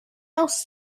else